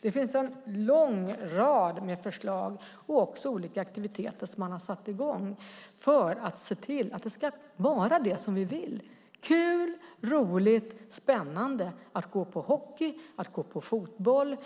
Det finns en lång rad med förslag och också olika aktiviteter som man har satt i gång för att se till att det ska vara som vi vill, kul, roligt och spännande att gå på hockey, att gå på fotboll.